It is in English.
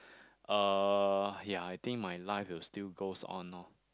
uh ya I think my life will still goes on loh